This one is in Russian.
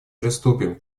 приступим